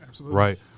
Right